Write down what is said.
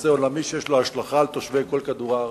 נושא עולמי שיש לו השלכה על תושבי כל כדור-הארץ.